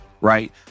right